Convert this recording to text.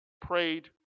prayed